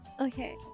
Okay